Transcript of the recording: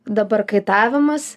dabar kaitavimas